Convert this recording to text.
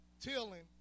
tilling